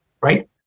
right